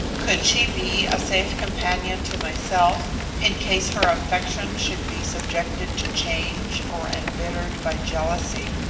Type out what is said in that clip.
could she be a safe companion to myself in case her affection should be subjected to change or embittered by jealousy?